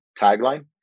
tagline